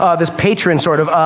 ah this patron sort of,